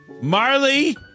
marley